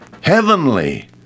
heavenly